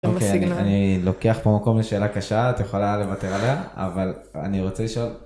אני לוקח פה מקום לשאלה קשה את יכולה לוותר עליה אבל אני רוצה לשאול.